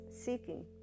seeking